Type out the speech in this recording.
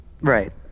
Right